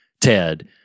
Ted